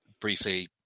briefly